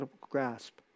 grasp